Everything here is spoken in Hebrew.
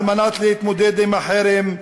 על מנת להתמודד עם החרם,